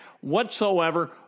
whatsoever